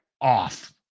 off